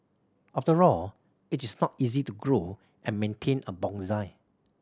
after all it is not easy to grow and maintain a bonsai